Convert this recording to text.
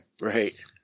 Right